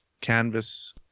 canvas